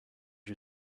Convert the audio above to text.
you